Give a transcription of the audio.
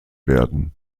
werden